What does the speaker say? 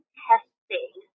testing